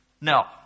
No